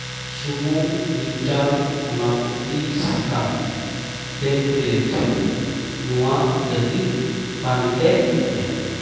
ᱥᱩᱢᱩᱝ ᱢᱤᱫᱴᱟᱝ ᱚᱱᱟᱯᱚᱛᱤ ᱥᱟᱠᱟᱢ ᱴᱮᱢᱯᱞᱮᱴ ᱱᱚᱣᱟ ᱞᱟᱹᱜᱤᱫ ᱯᱟᱱᱛᱮ ᱢᱮ